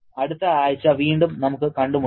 അടുത്ത ആഴ്ച വീണ്ടും നമുക്ക് കണ്ടുമുട്ടാം